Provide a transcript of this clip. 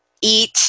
eat